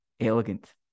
elegant